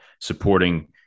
supporting –